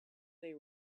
they